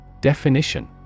Definition